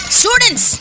students